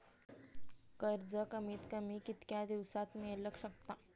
कर्ज कमीत कमी कितक्या दिवसात मेलक शकता?